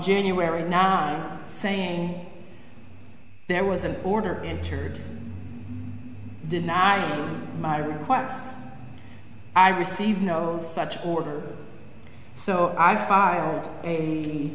january now saying there was an order entered denying my request i received no such order so i filed a